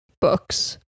books